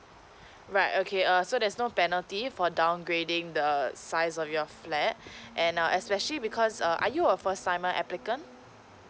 right okay err so there's no penalty for downgrading the size of your flat and err especially because err are you a first timer applicant